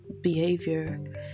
behavior